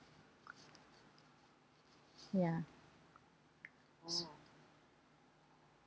ya